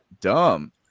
dumb